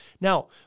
Now